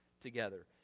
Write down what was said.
together